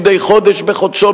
מדי חודש בחודשו,